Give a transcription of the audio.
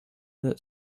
that